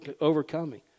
overcoming